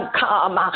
come